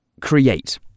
create